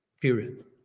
Period